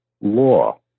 law